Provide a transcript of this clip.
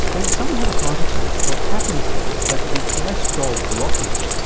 when someone has a heart attack what happens is that the cholesterol blockage,